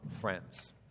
friends